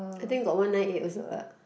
I think got one nine eight also uh